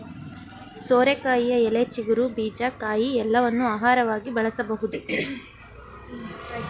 ಸೋರೆಕಾಯಿಯ ಎಲೆ, ಚಿಗುರು, ಬೀಜ, ಕಾಯಿ ಎಲ್ಲವನ್ನೂ ಆಹಾರವಾಗಿ ಬಳಸಬೋದು